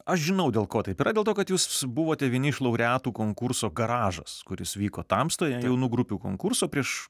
aš žinau dėl ko taip yra dėl to kad jūs buvote vieni iš laureatų konkurso garažas kuris vyko tamstoje jaunų grupių konkurso prieš